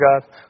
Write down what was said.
God